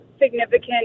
significant